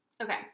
Okay